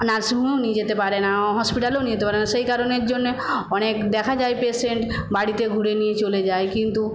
নার্সিংহোমেও নিয়ে যেতে পারে না হসপিটালেও নিয়ে যেতে পারে না সেই কারণের জন্য অনেক দেখা যায় পেশেন্ট বাড়িতে ঘুরে নিয়ে চলে যায় কিন্তু